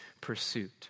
pursuit